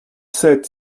sept